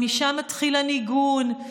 ומשם מתחיל הניגון,